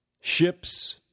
ships